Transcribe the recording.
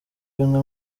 bimwe